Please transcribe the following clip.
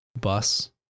bus